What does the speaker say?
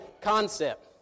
concept